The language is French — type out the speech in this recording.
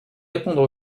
répondre